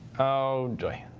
oh joy.